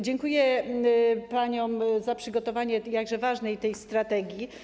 Dziękuję paniom za przygotowanie tej jakże ważnej strategii.